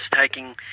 taking